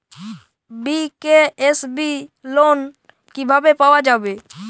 BKSB loan কিভাবে পাওয়া যাবে?